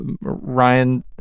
Ryan